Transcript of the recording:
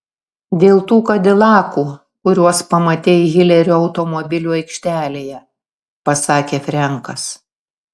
dėl tų kadilakų kuriuos pamatei hilerio automobilių aikštelėje pasakė frenkas